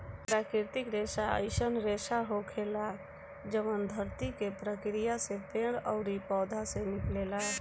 प्राकृतिक रेसा अईसन रेसा होखेला जवन धरती के प्रक्रिया से पेड़ ओरी पौधा से निकलेला